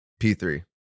p3